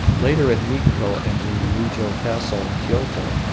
later, at nikko and in the nijo castle in kyoto,